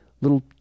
Little